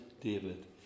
David